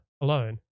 alone